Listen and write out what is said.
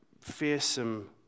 fearsome